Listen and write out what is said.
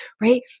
right